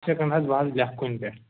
یِتھَے کٔنۍ حظ بہٕ حظ لٮ۪کھٕ کُنہِ پٮ۪ٹھ